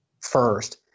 first